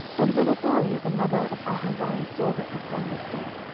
and when athaliah the mother of ahaziah saw that her son was dead,